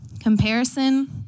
Comparison